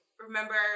remember